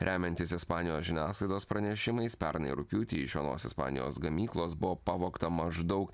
remiantis ispanijos žiniasklaidos pranešimais pernai rugpjūtį iš vienos ispanijos gamyklos buvo pavogta maždaug